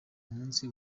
munsi